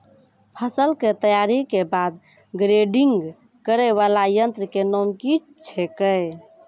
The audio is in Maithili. फसल के तैयारी के बाद ग्रेडिंग करै वाला यंत्र के नाम की छेकै?